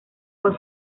fue